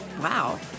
wow